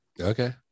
Okay